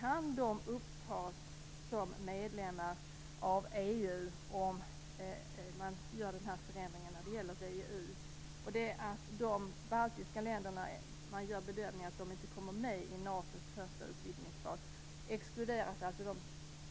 kan upptas som medlemmar av EU om man gör denna förändring när det gäller VEU. Man gör bedömningen att de baltiska länderna inte kommer med i NATO:s nästa utvidgningsfas.